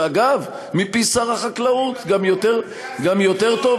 ואגב, מפי שר החקלאות, גם יותר טוב,